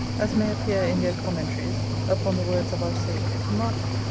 as may appear in their commentaries upon the words of our saviour to martha.